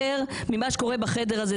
ממה שקורה בחדר הזה.